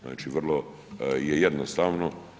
Znači, vrlo je jednostavno.